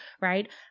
right